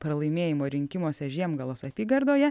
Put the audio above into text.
pralaimėjimo rinkimuose žiemgalos apygardoje